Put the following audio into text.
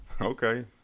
Okay